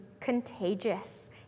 contagious